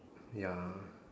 ya